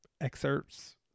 excerpts